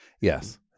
Yes